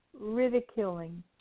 ridiculing